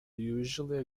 usually